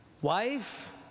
wife